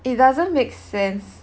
it doesn't make sense